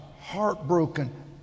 heartbroken